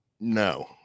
no